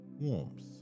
warmth